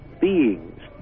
beings